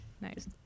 Nice